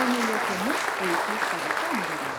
o ne liepimu eiti į savo kambarį